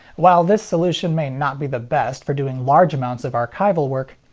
while this solution may not be the best for doing large amounts of archival work,